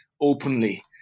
openly